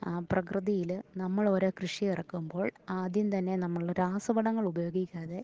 പ്രകൃതിയിൽ നമ്മളോരോ കൃഷി ഇറക്കുമ്പോൾ ആദ്യം തന്നെ നമ്മൾ രാസവളങ്ങൾ ഉപയോഗിക്കാതെ